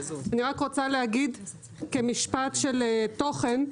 אני רק רוצה להגיד כמשפט של תוכן.